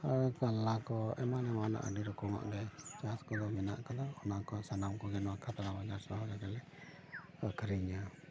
ᱟᱨ ᱠᱟᱞᱞᱟ ᱠᱚ ᱮᱢᱟᱢ ᱮᱢᱟᱱᱟᱜ ᱟᱹᱰᱤ ᱨᱚᱠᱚᱢᱟᱜ ᱜᱮ ᱪᱟᱥ ᱠᱚᱫᱚ ᱢᱮᱱᱟᱜ ᱟᱠᱟᱫᱟ ᱚᱱᱟᱠᱚ ᱥᱟᱱᱟᱢ ᱠᱚᱜᱮ ᱱᱚᱣᱟ ᱠᱷᱟᱛᱲᱟ ᱵᱟᱡᱟᱨ ᱥᱚᱦᱚᱨ ᱨᱮᱜᱮᱞᱮ ᱟᱹᱠᱷᱟᱨᱤᱧᱟ